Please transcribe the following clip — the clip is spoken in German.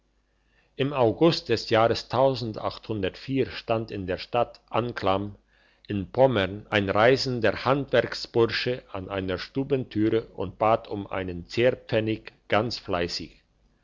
im august des jahrs stand in der stadt anklam in pommern ein reisender handwerksbursche an einer stubentüre und bat um einen zehrpfennig ganz fleissig